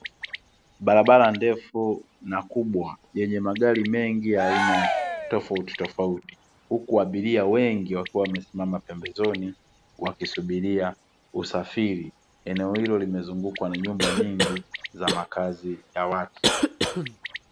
Barabara ndefu na kubwa yenye magari mengi ya aina tofautitofauti, huku abiria wengi wakiwa wamesimama pembezoni wakisubiria usafiri. Eneo hilo limezungukwa na nyumba nyingi za makazi ya watu.